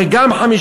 הרי גם 55%,